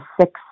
six